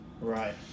Right